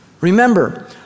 remember